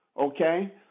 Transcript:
okay